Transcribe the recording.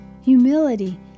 humility